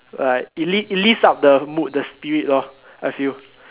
like it lift it lifts up the mood the spirit lor I feel